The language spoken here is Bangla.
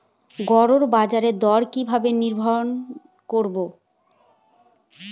গড় বাজার দর কিভাবে নির্ধারণ করব?